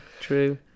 true